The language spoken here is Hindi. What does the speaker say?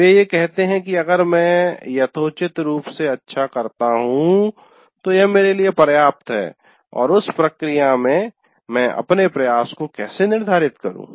वे ये कहते हैं कि अगर मैं यथोचित रूप से अच्छा करता हूं तो यह मेरे लिए पर्याप्त है और उस प्रक्रिया में मैं अपने प्रयास को कैसे निर्धारित करूं